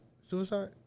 suicide